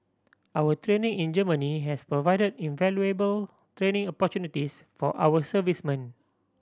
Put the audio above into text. our training in Germany has provided invaluable training opportunities for our servicemen